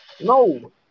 no